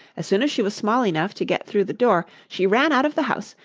as soon as she was small enough to get through the door, she ran out of the house,